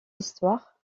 histoire